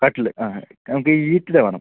കട്ടില് ആ നമുക്ക് ഈട്ടിടെ വേണം